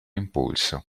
impulso